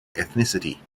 ethnicity